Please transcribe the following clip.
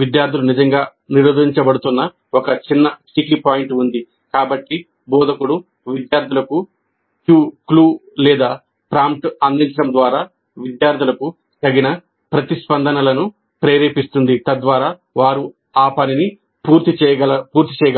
విద్యార్థులు నిజంగా నిరోధించబడుతున్న ఒక చిన్న స్టికీ పాయింట్ ఉంది కాబట్టి బోధకుడు విద్యార్థులకు క్యూ లేదా ప్రాంప్ట్ అందించడం ద్వారా విద్యార్థులకు తగిన ప్రతిస్పందనలను ప్రేరేపిస్తుంది తద్వారా వారు ఆ పనిని పూర్తి చేయగలరు